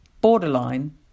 borderline